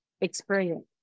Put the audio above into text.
experience